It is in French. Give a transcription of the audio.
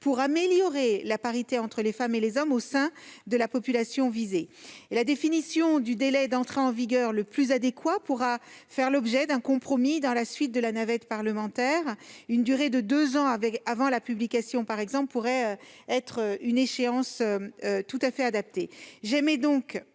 pour améliorer la parité entre les femmes et les hommes au sein de la population visée. La définition du délai d'entrée en vigueur le plus adéquat pourra faire l'objet d'un compromis dans la suite de la navette parlementaire. Une durée de deux ans avant la publication pourrait, par exemple, être une échéance tout à fait adaptée.